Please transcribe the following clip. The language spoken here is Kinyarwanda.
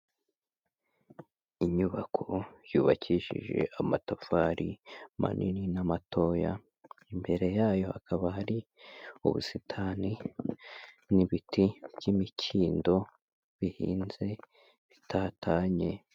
Inyubako yubakishije amatafari manini n'amatoya, imbere yayo hakaba hari ubusitani n'ibiti by'imikindo bihinze bitatanye.